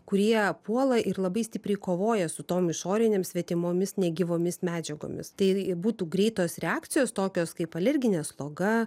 kurie puola ir labai stipriai kovoja su tom išorinėms svetimomis negyvomis medžiagomis tai būtų greitos reakcijos tokios kaip alerginė sloga